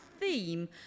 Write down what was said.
theme